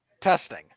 testing